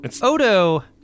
Odo